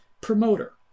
promoter